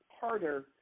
harder